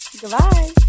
Goodbye